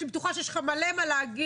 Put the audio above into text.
אני בטוחה שיש לך מלא מה להגיד,